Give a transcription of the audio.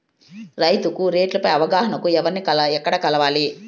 రైతుకు రేట్లు పై అవగాహనకు ఎవర్ని ఎక్కడ కలవాలి?